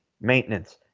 maintenance